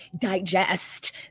digest